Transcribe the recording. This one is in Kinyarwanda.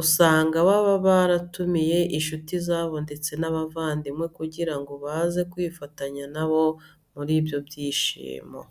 usanga baba baratumiye inshuti zabo ndetse n'abavandimwe kugira ngo baze kwifatanya na bo muri ibyo byishimo.